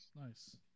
Nice